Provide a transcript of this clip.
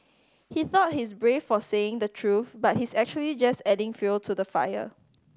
he thought he's brave for saying the truth but he's actually just adding fuel to the fire